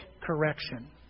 correction